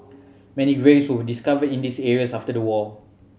many graves were discovered in these areas after the war